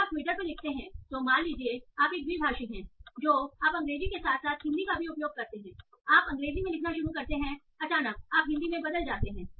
जब आप ट्विटर पर लिखते हैं तो मान लीजिए आप एक द्विभाषी हैं जो आप अंग्रेजी के साथ साथ हिंदी का भी उपयोग करते हैं आप अंग्रेजी में लिखना शुरू करते हैं अचानक आप हिंदी में बदल जाते हैं